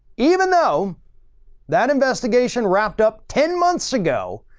even though that investigation wrapped up ten months ago,